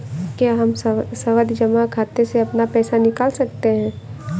क्या हम सावधि जमा खाते से अपना पैसा निकाल सकते हैं?